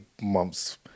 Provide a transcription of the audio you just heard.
months